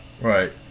Right